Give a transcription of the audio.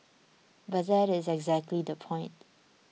but that is exactly the point